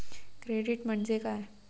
Credit म्हणजे काय?